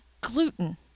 gluten